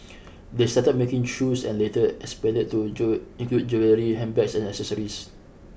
they started making shoes and later expanded to do include jewellery handbags and accessories